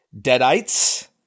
Deadites